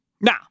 Now